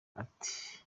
ati